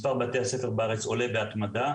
מספר בתי הספר בארץ עולה בהתמדה,